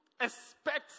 expect